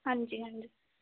ਹਾਂਜੀ ਹਾਂਜੀ